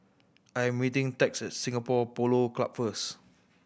I am meeting Tex at Singapore Polo Club first